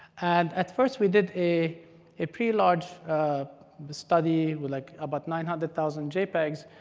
and at first, we did a a pretty large study with like about nine hundred thousand jpegs.